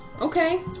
Okay